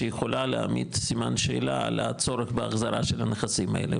שיכולה להעמיד סימן שאלה על הצורך בהחזרה של הנכסים האלה,